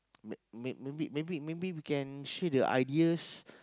may may maybe maybe maybe we can share the ideas